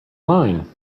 mine